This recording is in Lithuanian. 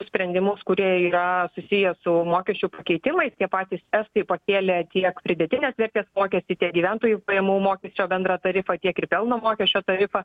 sprendimus kurie yra susiję su mokesčių pakeitimais tie patys estai pakėlė tiek pridėtinės vertės mokestį tiek gyventojų pajamų mokesčio bendrą tarifą tiek ir pelno mokesčio tarifą